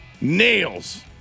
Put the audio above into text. Nails